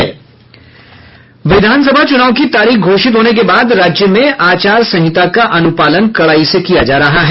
विधानसभा चूनाव की तारीख घोषित होने के बाद राज्य में आचार संहिता का अनुपालन कड़ाई से किया जा रहा है